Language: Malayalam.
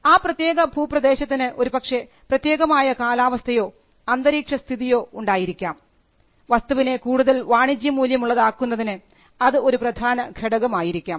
ആ പ്രത്യേക ഭൂപ്രദേശത്തിന് ഒരുപക്ഷേ പ്രത്യേകമായ കാലാവസ്ഥയോ അന്തരീക്ഷ സ്ഥിതിയോ ഉണ്ടായിരിക്കാം വസ്തുവിനെ കൂടുതൽ വാണിജ്യ മൂല്യമുള്ളതാക്കുന്നതിന് അത് ഒരു പ്രധാന ഘടകം ആയിരിക്കാം